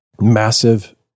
massive